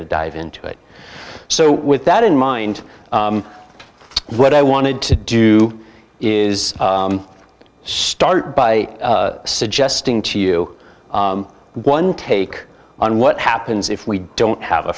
to dive into it so with that in mind what i wanted to do is start by suggesting to you one take on what happens if we don't have a